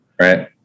right